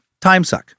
timesuck